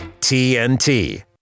TNT